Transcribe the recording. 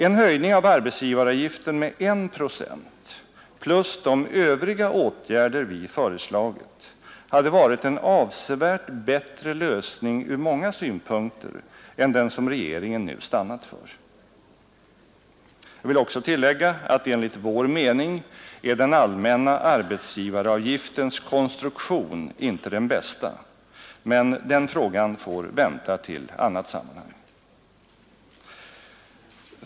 En höjning av arbetsgivaravgiften med 1 procent plus de övriga åtgärder vi föreslagit hade varit en avsevärt bättre lösning från många synpunkter än den som regeringen nu stannat för. Jag vill också tillägga, att enligt vår mening är den allmänna arbetsgivaravgiftens konstruktion inte den bästa, men den frågan får vänta till annat sammanhang.